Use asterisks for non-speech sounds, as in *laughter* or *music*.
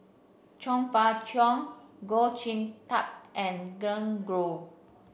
Chong Fah Cheong Goh *unintelligible* Tub and Glen Goei